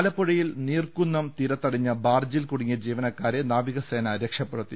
ആലപ്പുഴയിൽ നീർക്കുന്നം തീരത്തടിഞ്ഞ ബാർജിൽ കൂടു ങ്ങിയ ജീവനക്കാരെ നാവികസേന രക്ഷപ്പെടുത്തി